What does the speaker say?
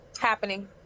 happening